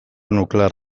nuklear